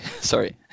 sorry